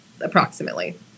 approximately